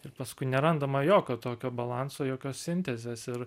ir paskui nerandama jokio tokio balanso jokios sintezės ir